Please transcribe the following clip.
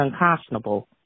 unconscionable